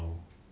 oh